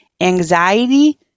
anxiety